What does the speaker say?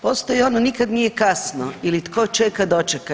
Postoji ono nikad nije kasno ili tko čeka, dočeka.